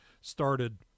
started